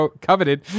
coveted